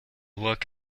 look